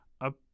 up